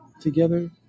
together